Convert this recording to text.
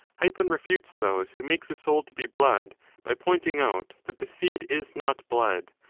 hippon refutes those who make the soul to be blood by pointing out that the seed is not blood,